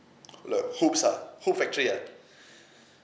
like hopes ah hope factory ah